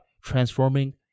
transforming